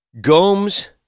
Gomes